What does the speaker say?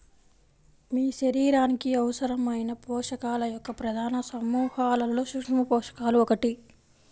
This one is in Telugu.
మీ శరీరానికి అవసరమైన పోషకాల యొక్క ప్రధాన సమూహాలలో సూక్ష్మపోషకాలు ఒకటి